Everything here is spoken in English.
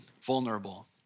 vulnerable